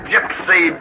Gypsy